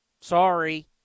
Sorry